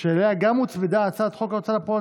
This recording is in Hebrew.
שאליה גם הוצמדה הצעת חוק ההוצאה לפועל